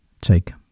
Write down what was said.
take